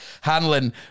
Hanlon